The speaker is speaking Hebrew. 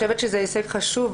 הישג חשוב,